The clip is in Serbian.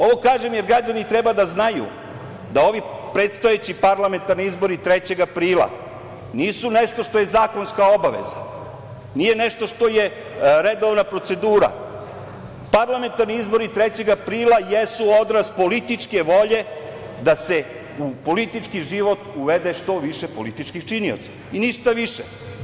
Ovo kažem jer građani treba da znaju da ovi predstojeći parlamentarni izbori 3. aprila nisu nešto što je zakonska obaveza, nije nešto što je redovna procedura, parlamentarni izbori 3. aprila jesu odraz političke volje da se u politički život uvede što više političkih činioca i ništa više.